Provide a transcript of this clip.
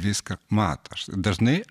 viską mato aš dažnai